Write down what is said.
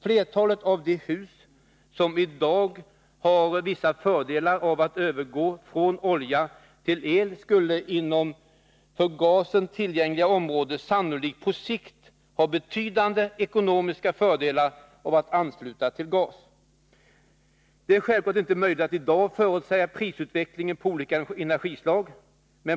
Flertalet av de hus som i dag har vissa fördelar av att övergå från olja till el skulle inom för gasen tillgängligt område sannolikt på sikt ha betydande ekonomiska fördelar av att ansluta till gas. Det är självklart inte möjligt att i dag förutsäga prisutvecklingen på olika energislag.